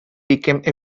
became